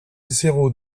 zéro